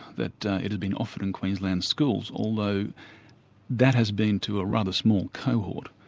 that it had been offered in queensland schools, although that has been to a rather small cohort.